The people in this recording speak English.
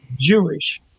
Jewish